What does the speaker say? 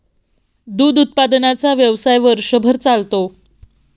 दूध उत्पादनाचा व्यवसाय वर्षभर चालतो